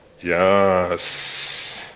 Yes